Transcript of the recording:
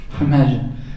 Imagine